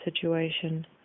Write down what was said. situation